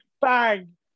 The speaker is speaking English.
bang